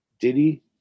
Diddy